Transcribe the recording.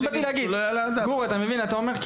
גור אתה בעצם אומר,